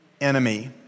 enemy